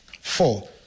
Four